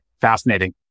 Fascinating